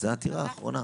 זו העתירה האחרונה.